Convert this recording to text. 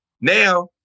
Now